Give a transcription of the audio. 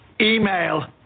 email